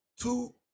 Two